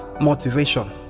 motivation